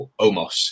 Omos